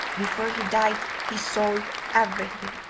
before he died he sold everything.